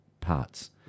parts